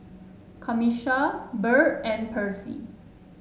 Camisha Byrd and Percy